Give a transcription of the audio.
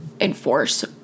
enforce